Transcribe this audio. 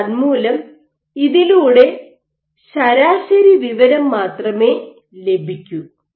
തന്മൂലം ഇതിലൂടെ ശരാശരി വിവരം മാത്രമേ ലഭിക്കൂ